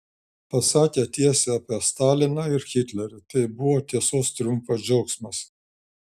pasakė tiesą apie staliną ir hitlerį tai buvo tiesos triumfo džiaugsmas